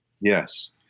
Yes